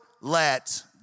let